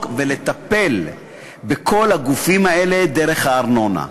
ולטפל בכל הגופים האלה דרך הארנונה.